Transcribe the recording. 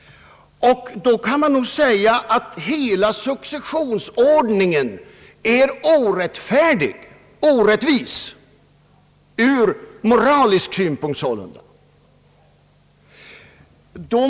Då kan man säga att hela successionsordningen är orättfärdig och orättvis ur moralisk synpunkt.